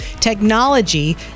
technology